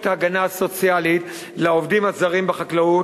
ההגנה הסוציאלית לעובדים הזרים בחקלאות,